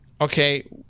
okay